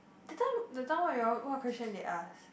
that time that time what you all what question they ask